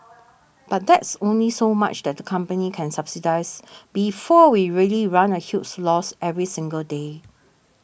but there's only so much that the company can subsidise before we really run a huge loss every single day